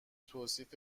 توصیف